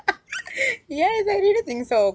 yes I really think so